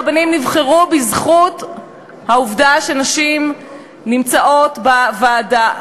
הרבנים נבחרו בזכות העובדה שנשים נמצאות בוועדה.